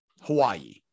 Hawaii